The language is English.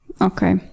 okay